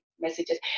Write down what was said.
messages